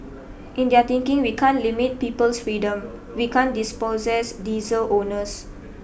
in their thinking we can't limit people's freedom we can't dispossess diesel owners